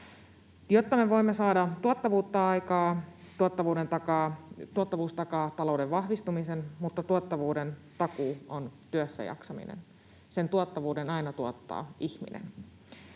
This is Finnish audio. se keskeinen osa, eli työ. Tuottavuus takaa talouden vahvistumisen, mutta tuottavuuden takuu on työssä jaksaminen. Sen tuottavuuden aina tuottaa ihminen.